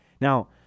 Now